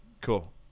cool